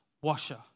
washer